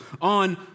on